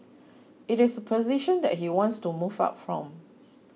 it is a position that he wants to move up from